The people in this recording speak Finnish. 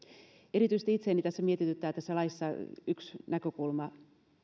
itseäni erityisesti mietityttää tässä laissa yksi näkökulma